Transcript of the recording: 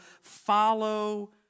Follow